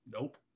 nope